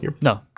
no